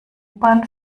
bahn